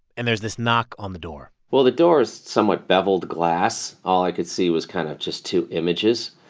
and there's this knock on the door well, the door is somewhat beveled glass. all i could see was kind of just two images.